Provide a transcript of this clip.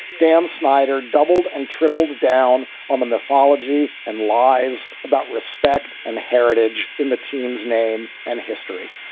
dan snyder doubled and tripled down on the mythology and lies about respect and heritage in the team's name and history.